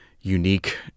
unique